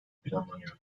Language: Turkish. planlanıyor